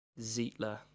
Zietler